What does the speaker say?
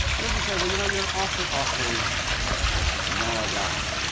he doesn't say, well, you know, you're an awfully, awfully moral guy.